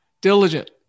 diligent